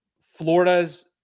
Florida's